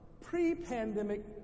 pre-pandemic